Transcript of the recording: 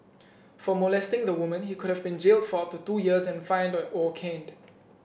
for molesting the woman he could have been jailed for up to two years and fined or caned